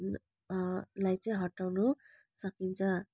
लाई चाहिँ हटाउन सकिन्छ